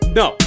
no